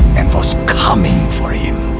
and was coming for him.